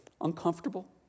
uncomfortable